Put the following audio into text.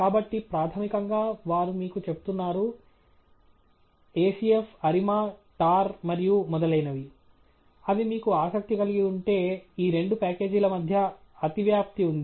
కాబట్టి ప్రాథమికంగా వారు మీకు చెప్తున్నారు acf arima tar మరియు మొదలైనవి అవి మీకు ఆసక్తి కలిగి ఉంటే ఈ రెండు ప్యాకేజీల మధ్య అతివ్యాప్తి ఉంది